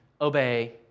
obey